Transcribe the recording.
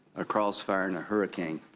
a crossfire and a hurricane.